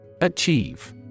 Achieve